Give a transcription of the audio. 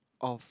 of